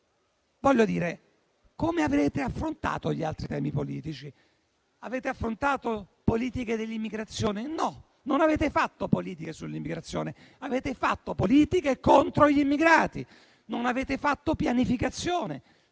della forza. Come avete affrontato gli altri temi politici? Avete affrontato le politiche dell'immigrazione? No, non avete fatto politiche sull'immigrazione, avete fatto politiche contro gli immigrati, non avete fatto pianificazione,